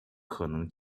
可能